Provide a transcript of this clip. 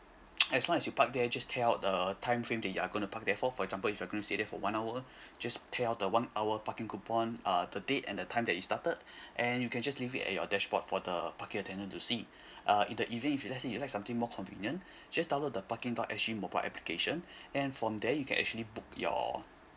as long as you park there just tear out the timeframe that you are gonna park there for for example if you're gonna stay there for one hour just tear out the one hour parking coupon uh the date and the time that it started and you can just leave it at your dashboard for the parking attendant to see uh either even if you let's you like something more convenient just download the parking dot s g mobile application and from there you can actually book your